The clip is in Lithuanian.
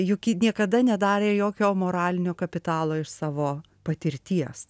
juk ji niekada nedarė jokio moralinio kapitalo iš savo patirties